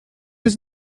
was